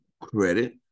Credit